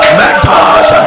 mentors